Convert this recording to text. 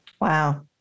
Wow